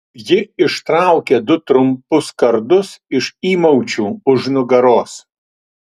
ji išsitraukė du trumpus kardus iš įmaučių už nugaros